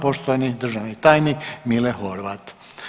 Poštovani državni tajnik Mile Horvat.